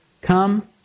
come